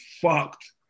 fucked